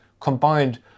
combined